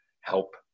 help